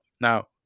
Now